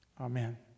Amen